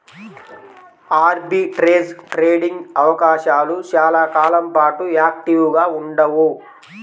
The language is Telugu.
ఆర్బిట్రేజ్ ట్రేడింగ్ అవకాశాలు చాలా కాలం పాటు యాక్టివ్గా ఉండవు